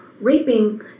raping